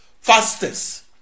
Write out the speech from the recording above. fastest